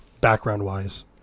background-wise